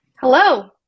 Hello